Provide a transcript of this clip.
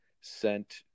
sent